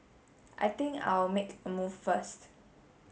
I think I'll make a move first